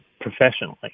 professionally